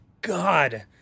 God